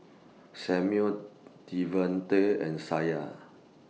Samual Devante and Shayne